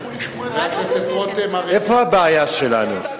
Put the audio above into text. איפה הבעיה שלנו?